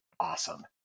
awesome